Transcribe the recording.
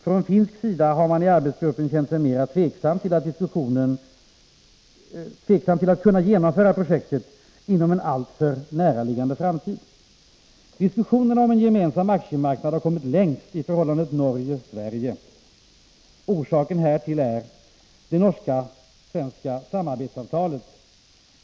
Från finsk sida har man i arbetsgruppen känt sig mer tveksam till att kunna genomföra projektet inom en alltför näraliggande framtid. Diskussionerna om en gemensam aktiemarknad har kommit längst i förhållandet Norge-Sverige. Orsaken härtill är det norsksvenska samarbetsavtalet.